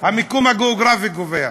המיקום הגיאוגרפי קובע.